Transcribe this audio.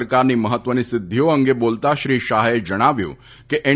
સરકારની મહત્વની સિદ્ધિઓ અંગે બોલતા શ્રી શાહે જણાવ્યું હતું કે એન